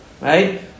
right